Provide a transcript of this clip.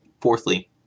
Fourthly